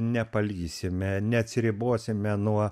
nepalįsime neatsiribosime nuo